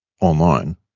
online